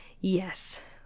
Yes